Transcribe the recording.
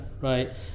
right